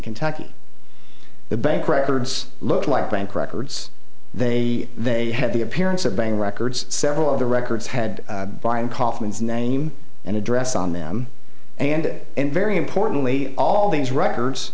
kentucky the bank records looked like bank records they they had the appearance of being records several of the records had been kaufman's name and address on them and it and very importantly all these records